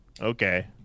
Okay